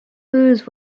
lose